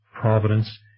providence